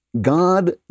God